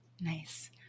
Nice